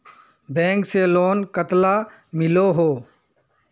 Bank से loan कतला मिलोहो?